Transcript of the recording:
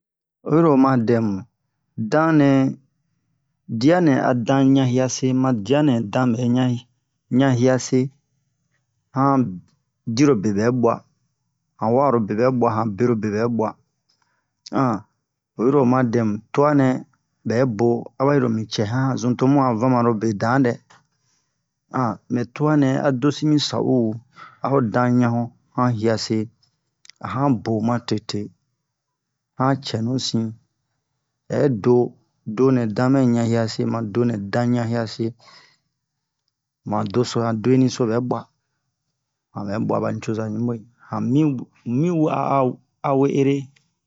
oyi-ro oma dɛmu dan nɛ dia nɛ a dan ɲa hia se ma dia nɛ dan bɛ ɲa ɲa hia se han diro be bɛ bua han wa'a ro be bɛ bua han bero be bɛ bua oyi-ro oma tua nɛ bɛ bo aba hiro mi cɛ han o zun to mu a famaro be dan dɛ mɛ tua nɛ a dosi mi sa'o a ho dan ɲa ho han hiase a han bo ma tete han cɛnu si ma hɛ do do nɛ dan mɛ han yiase ma do nɛ dan yan hiase han do so han doni bɛ bua han bɛ bua bani coza ɲuɓe han mi mu mi wa'a a we ere